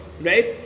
right